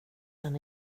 den